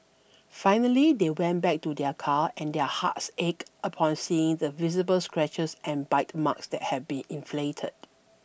finally they went back to their car and their hearts ached upon seeing the visible scratches and bite marks that had been inflicted